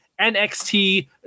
NXT